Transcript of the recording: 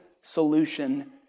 solution